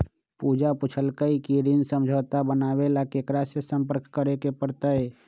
पूजा पूछल कई की ऋण समझौता बनावे ला केकरा से संपर्क करे पर तय?